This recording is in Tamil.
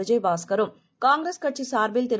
விஜயபாஸ்கரும் காங்கிரஸ் கட்சிசார்பில் திரு